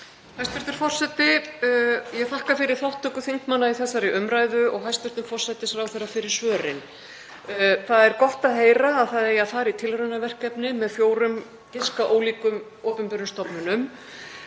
Hæstv. forseti. Ég þakka fyrir þátttöku þingmanna í þessari umræðu og hæstv. forsætisráðherra fyrir svörin. Það er gott að heyra að það eigi að fara í tilraunaverkefni með fjórum giska ólíkum opinberum stofnunum,